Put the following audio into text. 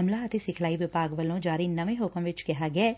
ਅਮਲਾ ਅਤੇ ਸਿਖਲਾਈ ਵਿਭਾਗ ਵੱਲੋਂ ਜਾਰੀ ਨਵੇਂ ਹੁਕਮ ਵਿਚ ਕਿਹਾ ਗਿਐ